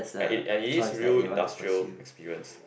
and it and it is real industrial experience